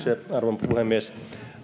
arvon puhemies